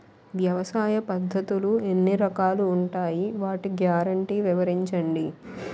వ్యవసాయ పద్ధతులు ఎన్ని రకాలు ఉంటాయి? వాటి గ్యారంటీ వివరించండి?